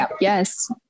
yes